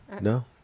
no